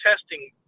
testing